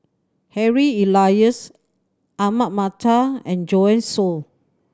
Harry Elias Ahmad Mattar and Joanne Soo